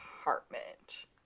apartment